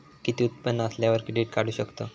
किती उत्पन्न असल्यावर क्रेडीट काढू शकतव?